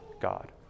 God